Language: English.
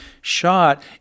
shot